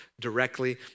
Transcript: directly